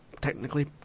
technically